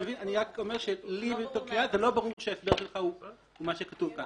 אני רק אומר שלי לא ברור שההסבר שלך זה מה שכתוב כאן.